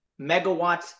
megawatts